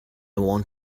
want